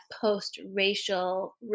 post-racial